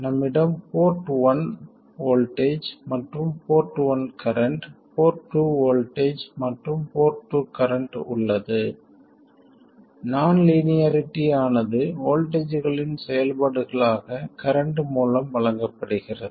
நம்மிடம் port one voltage மற்றும் port one current port two voltage மற்றும் போர்ட் டூ கரண்ட் உள்ளது நான் லீனியாரிட்டி ஆனது வோல்ட்டேஜ்களின் செயல்பாடுகளாக கரண்ட் மூலம் வழங்கப்படுகிறது